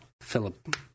Philip